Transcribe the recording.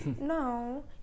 no